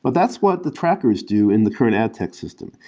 but that's what the trackers do in the current adtech system.